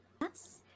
Yes